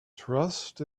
trust